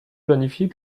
planifiée